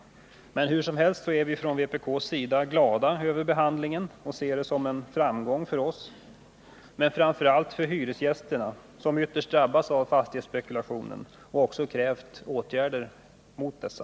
Men hur som helst är vi från vpk glada över motionens behandling och ser den såsom en framgång för oss och framför allt för hyresgästerna, som ytterst drabbas av fastighetsspekulationerna och även har krävt åtgärder mot dessa.